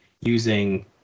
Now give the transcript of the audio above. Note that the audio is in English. using